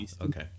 Okay